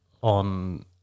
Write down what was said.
on